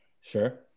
Sure